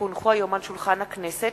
כי הונחו היום על שולחן הכנסת,